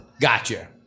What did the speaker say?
Gotcha